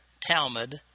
Talmud